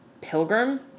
pilgrim